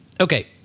Okay